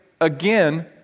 again